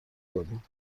کنی